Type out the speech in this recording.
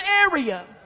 area